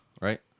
right